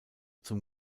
zum